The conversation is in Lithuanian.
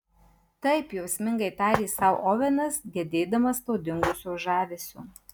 taip jausmingai tarė sau ovenas gedėdamas to dingusio žavesio